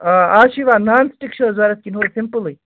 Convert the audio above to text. آ آز چھُ یِوان نان سِٹِک چھُ حظ ضوٚرَتھ کِنہٕ ہُہ سِمپٕلٕے